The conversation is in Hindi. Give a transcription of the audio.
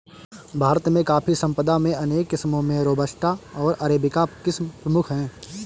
भारत में कॉफ़ी संपदा में अनेक किस्मो में रोबस्टा ओर अरेबिका किस्म प्रमुख है